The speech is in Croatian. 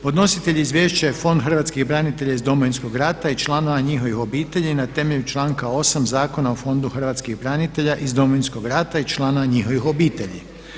Podnositelj Izvješća je Fond hrvatskih branitelja iz Domovinskog rata i članova njihovih obitelji na temelju članka 8. Zakona o fondu hrvatskih branitelja iz Domovinskog rata i članova njihovih obitelji.